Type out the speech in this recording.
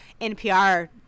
NPR